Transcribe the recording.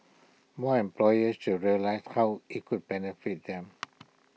more employers should realise how IT could benefit them